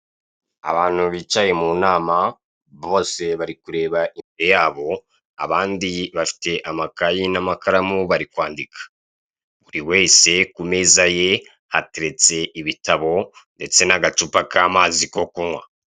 Abantu bicaye munama bose bari kureba imbere yabo abandi bafite amakayi n'amakaramu bari kwandika, buri wese kumeza ye hateretse ibitabo ndetse n'agacupa k'amazi ko kunkwa.